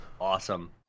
awesome